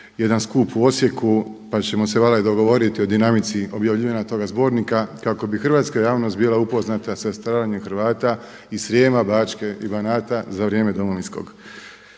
jedan skup u Osijeku pa ćemo se valjda i dogovoriti o dinamici objavljivanja toga zbornika kako bi hrvatska javnost bila upoznata sa stradanjem Hrvata i Srijema, Bačke i Banata za vrijeme Domovinskog